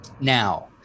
Now